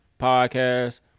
podcast